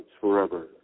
forever